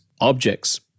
objects